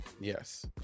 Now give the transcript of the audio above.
yes